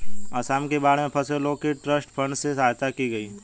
आसाम की बाढ़ में फंसे लोगों की ट्रस्ट फंड से सहायता की गई